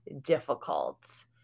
difficult